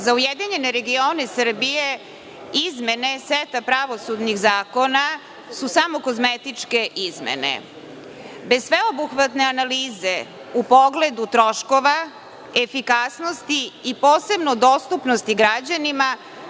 Za URS izmene seta pravosudnih zakona su samo kozmetičke izmene. Bez sveobuhvatne analize u pogledu troškova, efikasnosti i posebno dostupnosti građanima